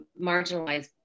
marginalized